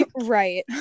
right